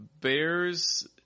bears